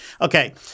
Okay